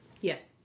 yes